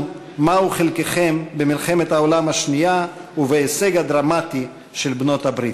מהו חלקכם במלחמת העולם השנייה ובהישג הדרמטי של בעלות-הברית.